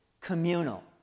communal